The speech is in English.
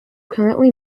currently